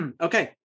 Okay